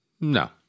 No